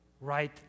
right